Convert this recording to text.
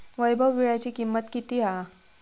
वैभव वीळ्याची किंमत किती हा?